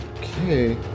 okay